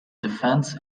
defence